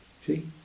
See